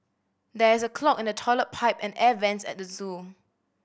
there is a clog in the toilet pipe and air vents at the zoo